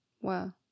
wow